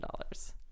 dollars